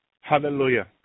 Hallelujah